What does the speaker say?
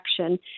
action